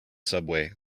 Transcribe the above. subway